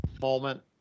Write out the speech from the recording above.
moment